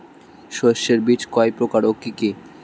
শস্যের বীজ কয় প্রকার ও কি কি?